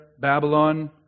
Babylon